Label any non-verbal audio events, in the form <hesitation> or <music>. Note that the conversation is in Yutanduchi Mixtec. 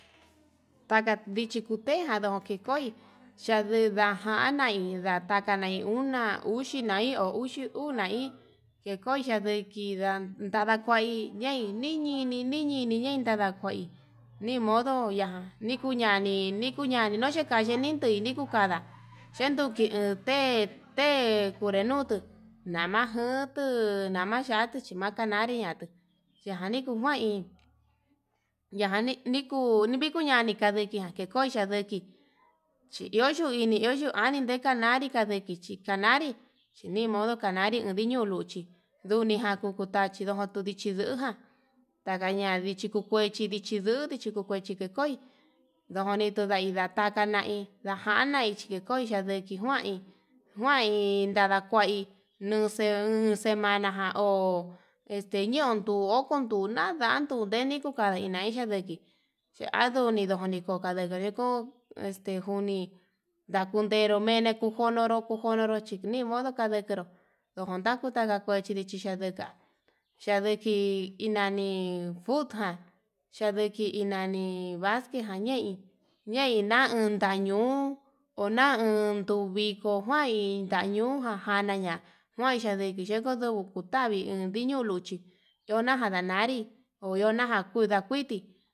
Taka ndichi kuteján ndonki koi yan <hesitation> jana hi ndataka nai, una ho uxi na'i ho uxi uu nai ndejoxhia vei kinda'a ndada kuai ñei ñenin ñinini ñinini ndenda ndakuei nimodo ya'a nikuñani, nikuñani nuu yekaxhi nii tui niku kada'a xhenduki ute'e te'e kunre nutuu nama njuntuu, nama yatuu xhimaka na'a nriñatuu yajani kuu kuain ñajan nikuu nikuñani ka'a, kandikoi yanduku chi iho yuini iho yuu ani ndeknari kadechi ikanari chi nimodo kanari ndiño luuchi, nduni jan kuku tachi ndojon tuu nduchi luján ndgaña ndechi kuu kuechi ndichi luu ndichi kuu kuechi ndikoi nduni tundai, ndatata nai ndajanai ndichikoi ndaluu yikinjuin njuain ndada kuai nuse nusemana jan ho ñonduo, onduna ndandu ndeinitu kandiñexhia nuu indi yanii nduu uni koka ndiko'o este juni ndakundadari mene njukonoro chi nimodoro kandero dukundakuro ndakuechidi chanduka, chandiki hi nani futjan chadiki hi nani basquet ja ñii ñein ña'a indañuu onan unduu viko kuain ndañuján añanda kuain xhaneke yukuduu tavii endiño luchi, ihojana ndanari oyojana kui ndakuiti.